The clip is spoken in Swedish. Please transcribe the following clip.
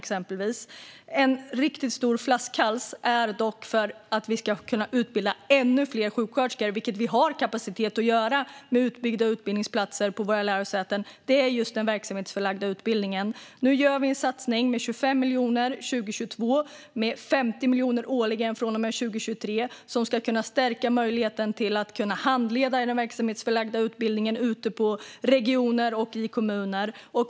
En riktigt stor flaskhals för att vi ska kunna utbilda ännu fler sjuksköterskor - vilket vi har kapacitet att göra med utbyggda utbildningsplatser på lärosäten - är just den verksamhetsförlagda utbildningen. Nu gör vi en satsning med 25 miljoner år 2022 och 50 miljoner årligen från och med 2023 som ska kunna stärka möjligheten att handleda i den verksamhetsförlagda utbildningen ute i regioner och kommuner.